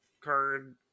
card